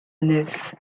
nef